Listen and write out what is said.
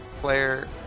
player